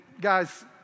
guys